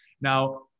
Now